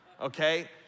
Okay